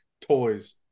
toys